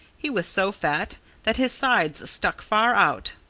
he was so fat that his sides stuck far out.